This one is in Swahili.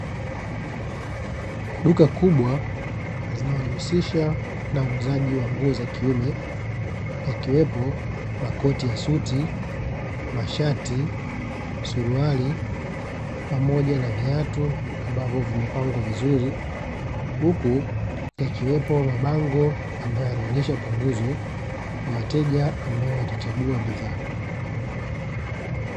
Duka kubwa linalojihusisha na uuzaji wa nguo za kiume yakiwepo makoti ya suti, mashati, suruali pamoja na viatu ambavyo vimepangwa vizuri huku yakiwepo mabango ambayo yanaonyesha punguzo kwa wateja ambao watachagua bidhaa.